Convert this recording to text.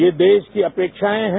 ये देश की अपेक्षाएं हैं